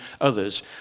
others